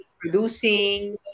producing